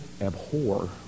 abhor